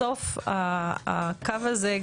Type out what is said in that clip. בסוף הקו הזה,